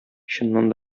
чыннан